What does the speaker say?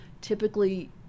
typically